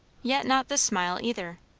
yet not this smile, either.